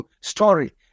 story